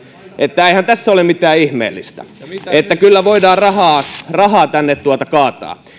että eihän tässä ole mitään ihmeellistä ja että kyllä voidaan rahaa rahaa tänne kaataa